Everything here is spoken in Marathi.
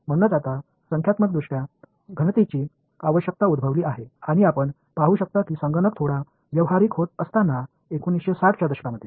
म्हणूनच आता संख्यात्मकदृष्ट्या घनतेची आवश्यकता उद्भवली आहे आणि आपण पाहू शकता की संगणक थोडा व्यावहारिक होत असताना 1960 च्या दशकामध्ये